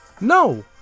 No